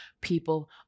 people